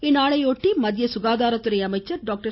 இந்நாளையாட்டி மத்திய சுகாதாரத்துறை அமைச்சர் டாக்டர்